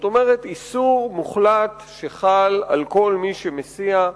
כלומר איסור מוחלט שחל על כל מי שמסיע,